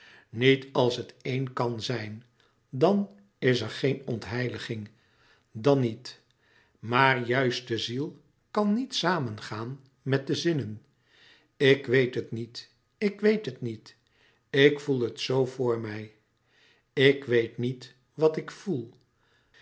niet als het éen kan zijn dan is er geen ontheiliging dan niet maar juist de ziel kàn niet samengaan met de zinnen ik weet het niet ik weet het niet ik voel het zoo voor mij ik weet niet wat ik voel